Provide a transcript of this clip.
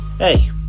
Hey